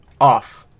off